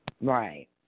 Right